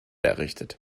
errichtet